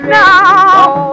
now